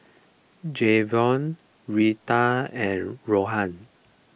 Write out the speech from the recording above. Jayvion Retta and Ronan